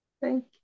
Thank